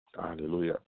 Hallelujah